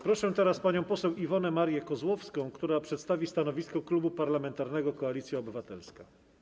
Proszę panią poseł Iwonę Marię Kozłowską, która przedstawi stanowisko Klubu Parlamentarnego Koalicja Obywatelska.